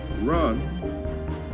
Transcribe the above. run